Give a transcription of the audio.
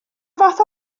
fath